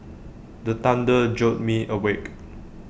the thunder jolt me awake